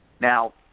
Now